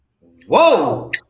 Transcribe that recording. Whoa